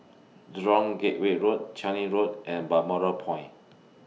Jurong Gateway Road Changi Road and Balmoral Point